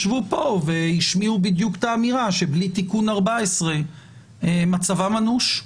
הם ישבו פה והשמיעו בדיוק את האמירה שבלי תיקון 14 מצבם אנוש.